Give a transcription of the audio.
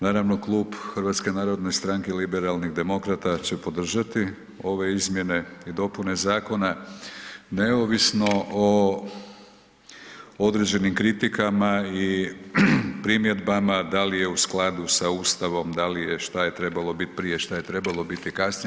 Naravno klub HNS-a liberalnih demokrata će podržati ove izmjene i dopune zakona, neovisno o određenim kritikama i primjedbama da li je u skladu sa Ustavom, šta je trebalo bit prije, šta je trebalo biti kasnije.